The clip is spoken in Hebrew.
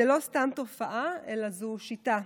זאת לא סתם תופעה אלא זאת שיטה,